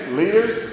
leaders